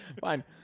fine